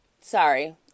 Sorry